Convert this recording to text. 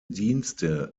dienste